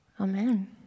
amen